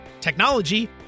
technology